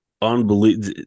Unbelievable